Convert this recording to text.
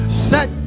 set